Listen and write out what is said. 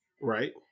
right